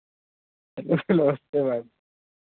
नमस्ते नमस्ते मैम